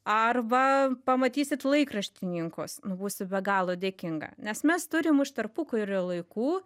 arba pamatysit laikraštininkus nu būsiu be galo dėkinga nes mes turim iš tarpukario laikų